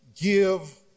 give